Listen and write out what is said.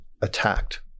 attacked